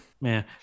Man